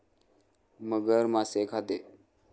मगर मासे खाते